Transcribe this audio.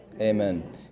amen